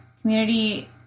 Community